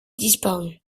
disparu